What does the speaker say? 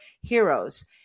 Heroes